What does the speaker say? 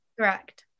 Correct